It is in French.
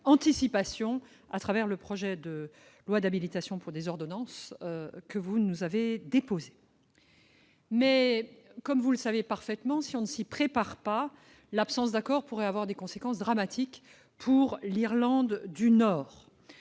anticipation à travers le projet de loi d'habilitation à prendre des ordonnances que vous avez déposé. Comme vous le savez parfaitement, si l'on ne s'y prépare pas, l'absence d'accord pourrait avoir des conséquences dramatiques pour l'Irlande du Nord.